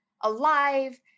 alive